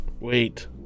wait